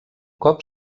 cop